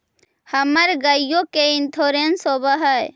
हमर गेयो के इंश्योरेंस होव है?